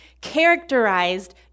characterized